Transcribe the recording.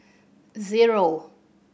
zero